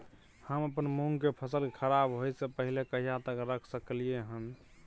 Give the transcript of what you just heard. हम अपन मूंग के फसल के खराब होय स पहिले कहिया तक रख सकलिए हन?